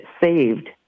saved